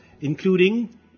including